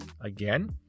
Again